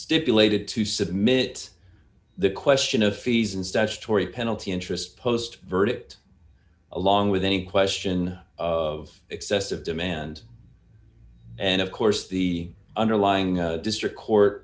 stipulated to submit the question of fees and statutory penalty interest post verdict along with any question of excessive demand and of course the underlying district court